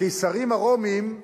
הקיסרים הרומים,